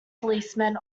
policeman